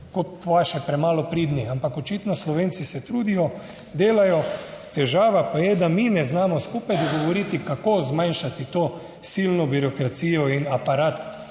po vaše premalo pridni. Ampak očitno Slovenci se trudijo, delajo, težava pa je, da mi ne znamo skupaj dogovoriti, kako zmanjšati to silno birokracijo in aparat.